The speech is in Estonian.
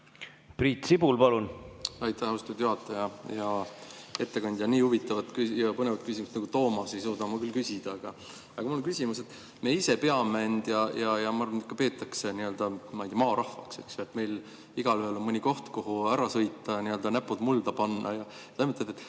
Priit Sibul, palun!